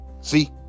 See